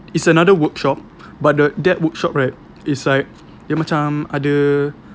it's another workshop but the that workshop right is like dia macam ada